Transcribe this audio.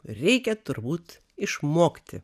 reikia turbūt išmokti